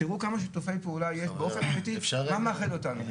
תיראו כמה שיתופי פעולה יש, מה מאחד אותנו?